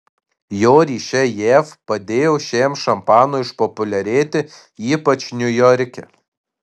jo ryšiai jav padėjo šiam šampanui išpopuliarėti ypač niujorke